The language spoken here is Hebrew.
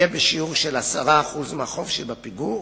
יהיה בשיעור של 10% מהחוב שבפיגור,